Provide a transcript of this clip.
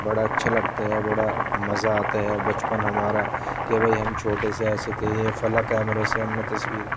بڑا اچھا لگتا ہے بڑا مزہ آتا ہے بچپن ہمارا کہ بھئی ہم چھوٹے سے ایسے تھے یہ فلاں کیمرے سے ہم نے تصویر